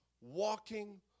walking